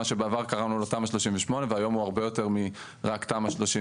מה שבעבר קראנו לו תמ"א 38 והיום הוא הרבה יותר מתמ"א 38,